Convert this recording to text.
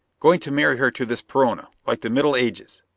going to marry her to this perona? like the middle ages?